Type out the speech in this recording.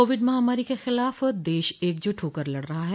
Covid महामारी के खिलाफ देश एकजुट होकर लड़ रहा है